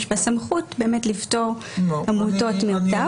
בסמכות באמת לפטור עמותות מ-opt out.